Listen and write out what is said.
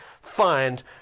find